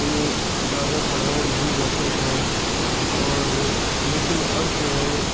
انہیں زیادہ پڑھایا نہیں جاتا تھا اور لیکن اب جو ہے